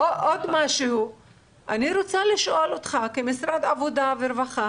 אני רוצה לשאול אותך כמשרד העבודה והרווחה